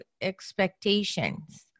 expectations